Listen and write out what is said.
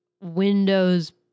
Windows